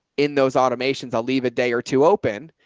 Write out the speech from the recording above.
in those automations, i'll leave a day or two open.